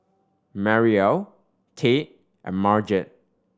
Mariel Tate and Marget